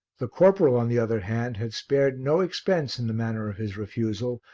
the corporal, on the other hand, had spared no expense in the manner of his refusal,